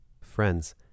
friends